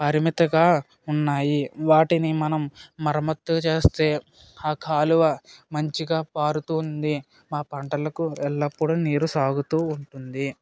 పరిమితిగా ఉన్నాయి వాటిని మనం మరమ్మత్తు చేస్తే ఆ కాలువ మంచిగా పారుతుంది మా పంటలకు ఎల్లప్పుడూ నీరు సాగుతూ ఉంటుంది